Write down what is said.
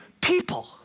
people